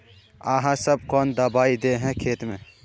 आहाँ सब कौन दबाइ दे है खेत में?